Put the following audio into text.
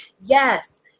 yes